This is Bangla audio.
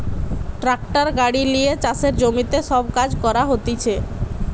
ট্রাক্টার গাড়ি লিয়ে চাষের জমিতে সব কাজ করা হতিছে